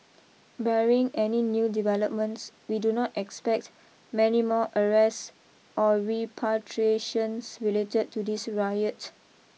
barring any new developments we do not expect many more arrests or repatriations related to this riot